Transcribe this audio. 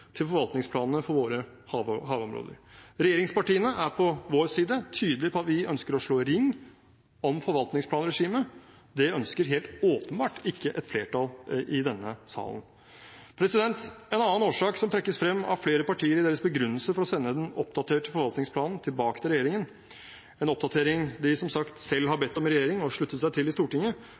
til forvaltningsplanene for våre havområder. Vi i regjeringspartiene er på vår side tydelige på at vi ønsker å slå ring om forvaltningsplanregimet. Det ønsker helt åpenbart ikke et flertall i denne salen. En annen årsak som trekkes frem av flere partier i deres begrunnelse for å sende den oppdaterte forvaltningsplanen tilbake til regjeringen – en oppdatering de, som sagt, selv har bedt om i regjering og sluttet seg til i Stortinget